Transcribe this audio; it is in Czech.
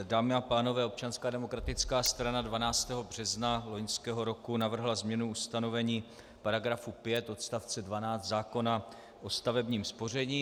Dámy a pánové, Občanská demokratická strana 12. března loňského roku navrhla změnu ustanovení § 5 odst. 12 zákona o stavebním spoření.